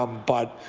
ah but,